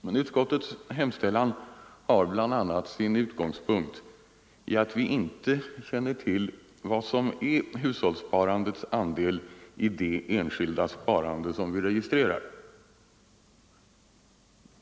Men utskottets hemställan har bl.a. en utgångspunkt i att vi inte känner till vad som är hushållssparandets andel i det enskilda sparande som vi registrerar.